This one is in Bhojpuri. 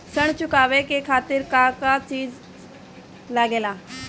ऋण चुकावे के खातिर का का चिज लागेला?